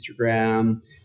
Instagram